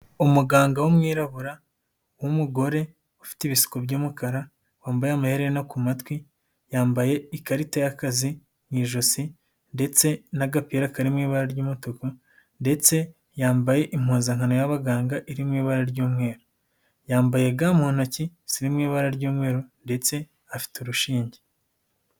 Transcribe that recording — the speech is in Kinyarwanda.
Umuganga w'umwirabura w'umugore ufite ibisuko by'umukara wambaye amaeherena ku matwi yambaye ikarita y'akazi mu ijosi ndetse n'agapira karimo ibara ry'umutuku, ndetse yambaye impuzankano y'abaganga iri mu ibara ry'umweru, yambaye ga mu ntoki ziri mu ibara ry'umweru ndetse afite urushinge.